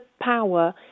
power